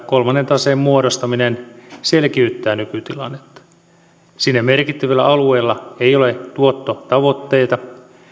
kolmannen taseen muodostaminen selkiyttää nykytilannetta siinä merkittävillä alueilla ei ole tuottotavoitteita